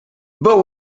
but